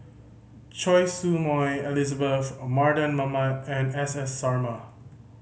Choy Su Moi Elizabeth Mardan Mamat and S S Sarma